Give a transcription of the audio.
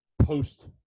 post